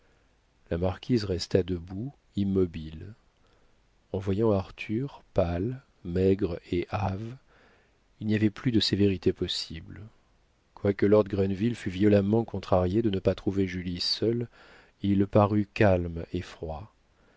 la marquise resta debout immobile en voyant arthur pâle maigre et hâve il n'y avait plus de sévérité possible quoique lord grenville fût violemment contrarié de ne pas trouver julie seule il parut calme et froid